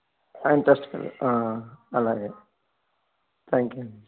ఇంట్రస్టుకు అలాగే thank you